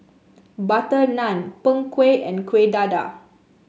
butter naan Png Kueh and Kuih Dadar